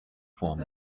form